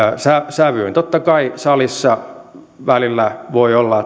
sävyyn niin totta kai salissa välillä voi olla